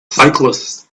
cyclists